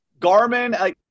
Garmin